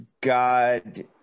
God